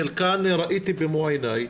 חלקן ראיתי במו עיני,